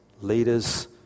leaders